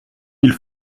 mille